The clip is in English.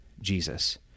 Jesus